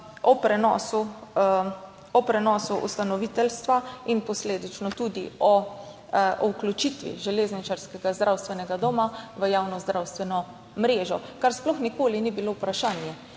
o prenosu ustanoviteljstva in posledično tudi o vključitvi železničarskega zdravstvenega doma v javno zdravstveno mrežo, kar sploh nikoli ni bilo vprašanje.